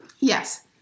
Yes